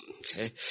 Okay